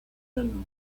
and